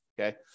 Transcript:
Okay